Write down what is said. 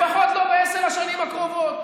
לפחות לא בעשר השנים הקרובות.